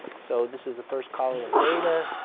so this is the first column of data.